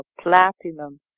platinum